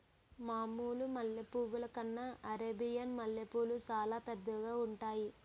మామూలు మల్లె పువ్వుల కన్నా అరేబియన్ మల్లెపూలు సాలా పెద్దవిగా ఉంతాయి